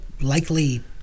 likely